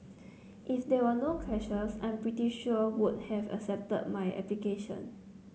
if there were no clashes I'm pretty sure would have accepted my application